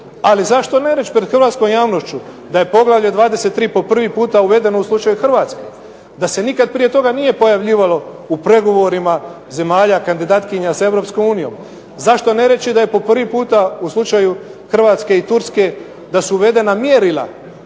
Ali zašto ne reći pred hrvatskom javnošću da je Poglavlje 23. po prvi puta uvedeno u slučaju Hrvatske, da se nikad prije toga nije pojavljivalo u pregovorima zemalja kandidatkinja s EU. Zašto ne reći da je po prvi puta u slučaju Hrvatske i Turske da su uvedena mjerila